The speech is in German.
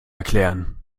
erklären